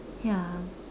ya